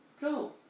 go